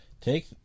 take